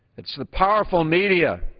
it's the powerful media